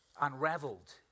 unraveled